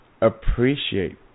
appreciate